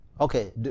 okay